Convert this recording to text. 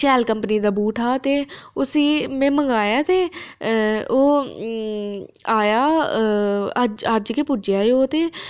शैल कंपनी दा बूट हा ते उसी में मंगाया ते ओह् आया अज्ज अज्ज गै पुज्जेआ ओह् ते